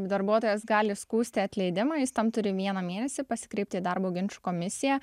darbuotojas gali skųsti atleidimą jis tam turi vieną mėnesį pasikreipti į darbo ginčų komisiją